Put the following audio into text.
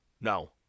no